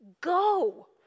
Go